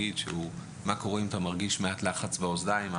מה קורה אם הוא מרגיש לחץ באוזניים.